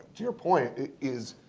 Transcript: to your point is